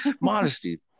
Modesty